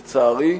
לצערי,